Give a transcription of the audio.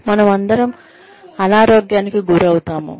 మనమందరం అనారోగ్యానికి గురవుతాము